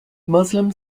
muslim